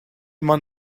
man